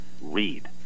read